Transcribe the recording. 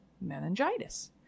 meningitis